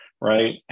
Right